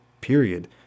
period